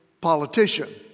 politician